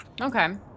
Okay